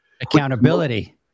Accountability